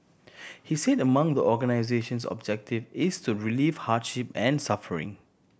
he said among the organisation's objective is to relieve hardship and suffering